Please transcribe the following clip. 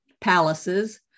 palaces